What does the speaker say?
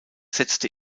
setzte